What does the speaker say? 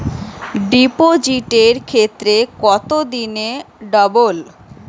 ডিপোজিটের ক্ষেত্রে কত দিনে ডবল?